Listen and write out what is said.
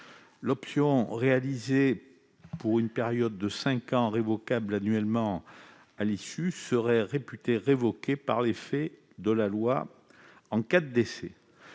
L'option réalisée pour une période minimale de cinq ans révocable annuellement serait ainsi réputée révoquée par l'effet de la loi en cas de décès.